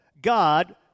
God